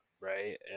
Right